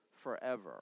forever